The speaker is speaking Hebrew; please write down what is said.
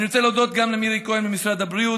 אני רוצה להודות גם למירי כהן ממשרד הבריאות.